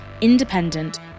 independent